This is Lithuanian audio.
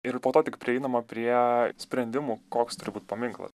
ir po to tik prieinama prie sprendimų koks turi būti paminklas